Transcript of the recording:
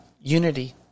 unity